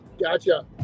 gotcha